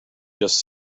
just